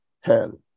hell